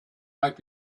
might